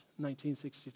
1962